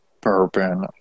bourbon